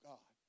God